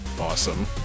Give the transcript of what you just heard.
awesome